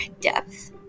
depth